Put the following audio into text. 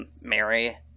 Mary